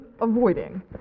avoiding